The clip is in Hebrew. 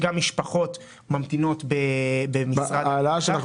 גם במשרד השיכון וגם במשרד העלייה והקליטה.